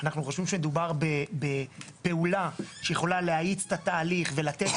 אנחנו חושבים שמדובר בפעולה שיכולה להאיץ את התהליך ולתת